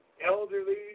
elderly